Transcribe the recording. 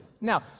Now